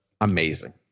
amazing